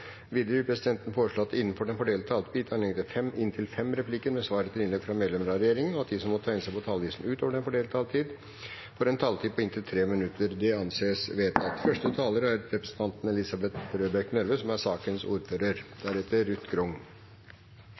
Videre vil presidenten foreslå at det – innenfor den fordelte taletid – blir gitt anledning til inntil fem replikker med svar etter innlegg fra medlemmer av regjeringen, og at de som måtte tegne seg på talerlisten utover den fordelte taletid, får en taletid på inntil 3 minutter. – Det anses vedtatt. Først vil eg takka forslagsstillarane frå Arbeidarpartiet som